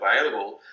available